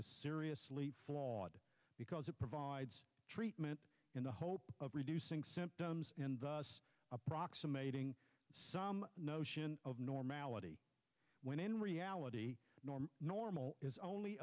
is seriously flawed because it provides treatment in the hope of reducing symptoms approximating some notion of normality when in reality normal is only